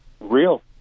real